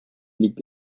liegt